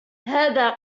هذا